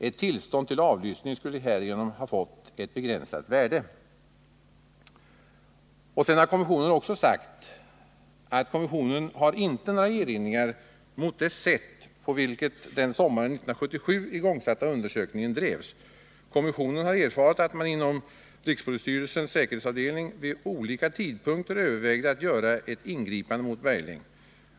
Ett tillstånd till avlyssning skulle härigenom ha fått ett begränsat värde.” Sedan har kommissionen också uttalat följande: ”Kommissionen har inte några erinringar mot det sätt, på vilket den sommaren 1977 igångsatta undersökningen drevs. Kommissionen har erfarit att man inom RPS/Säk vid olika tidpunkter övervägde att göra ett ingripande mot Bergling.